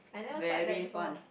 very fun